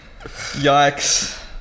Yikes